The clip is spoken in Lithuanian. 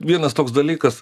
vienas toks dalykas